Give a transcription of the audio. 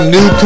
New